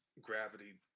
gravity